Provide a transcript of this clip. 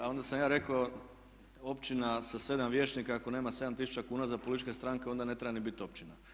A onda sam ja rekao općina sa 7 vijećnika ako nema 7000 kuna za političke stranke onda ne treba ni biti općina.